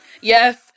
Yes